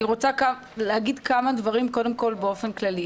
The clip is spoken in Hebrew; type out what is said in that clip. אני רוצה להגיד כמה דברים קודם כול באופן כללי,